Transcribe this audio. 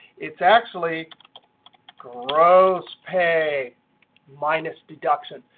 it's actually gross pay minus deduction.